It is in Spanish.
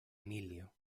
emilio